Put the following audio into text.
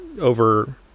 over